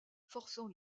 forçant